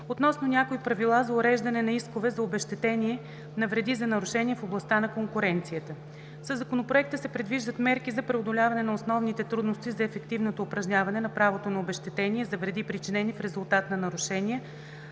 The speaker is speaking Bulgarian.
относно някои правила за уреждане на искове за обезщетение на вреди за нарушения в областта на конкуренцията. Със Законопроекта се предвиждат мерки за преодоляване на основните трудности за ефективното упражняване на правото на обезщетение за вреди, причинени в резултат на нарушения